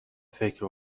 فکر